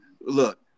Look